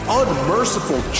unmerciful